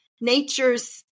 nature's